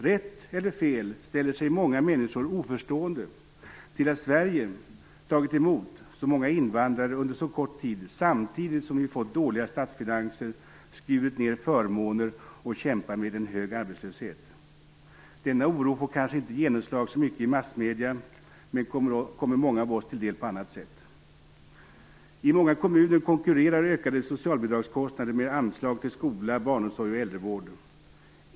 Rätt eller fel, ställer sig många människor oförstående till att Sverige tagit emot så många invandrare under så kort tid samtidigt som vi fått dåliga statsfinanser, skurit ned förmåner och kämpar med en hög arbetslöshet. Denna oro får kanske inte genomslag så mycket i massmedierna men kommer många av oss till del på annat sätt. I många kommuner konkurrerar ökade socialbidragskostnader med anslag till skola, barnomsorg och äldrevård.